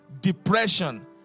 depression